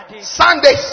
Sundays